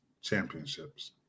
championships